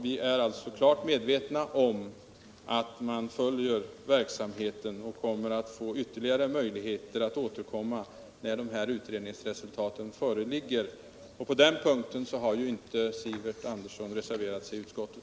Vi är alltså klart medvetna om att verksamheten följs, och det blir ytterligare möjligheter att återkomma i ärendet när utredningsresultatet föreligger. På den punkten har ju inte Sivert Andersson reserverat sig i utskottet.